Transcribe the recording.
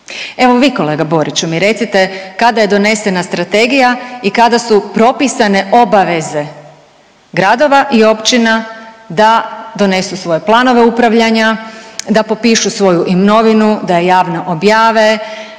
Evo vi kolega Boriću mi recite kada je donesena strategija i kada su propisane obaveze gradova i općina da donesu svoje planove upravljanja, da popišu svoju imovinu, da je javno objave,